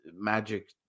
magic